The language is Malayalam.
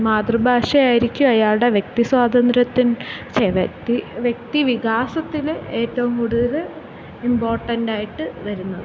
മാതൃഭാഷയായിരിക്കും അയാളുടെ വ്യക്തി സ്വാതന്ത്ര്യത്തിൽ ഛെ വ്യക്തി വ്യക്തി വികാസത്തിൽ ഏറ്റവും കൂടുതൽ ഇമ്പോർട്ടൻറ്റായിട്ട് വരുന്നത്